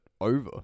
over